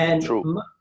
true